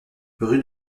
rue